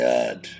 God